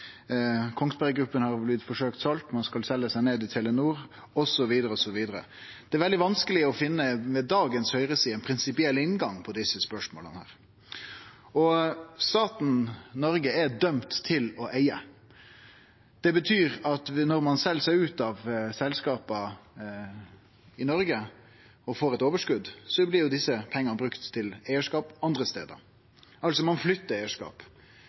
Kongsberg Gruppen er blitt forsøkt selt, ein skal selje seg ned i Telenor, osv. Det er veldig vanskeleg, med dagens høgreside, å finne ein prinsipiell inngang på desse spørsmåla. Staten Noreg er dømd til å eige. Det betyr at når ein sel seg ut av selskap i Noreg og får eit overskot, blir desse pengane brukte til eigarskap andre stader. Ein flytter altså eigarskap,